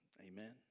Amen